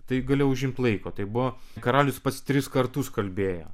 tai galėjo užimt laiko tai buvo karalius pats tris kartus kalbėjo